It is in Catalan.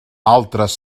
altres